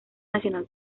nacional